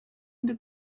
into